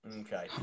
Okay